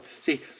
See